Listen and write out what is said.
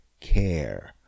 care